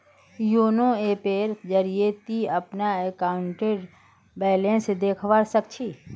YONO ऐपेर जरिए ती अपनार अकाउंटेर बैलेंस देखवा सख छि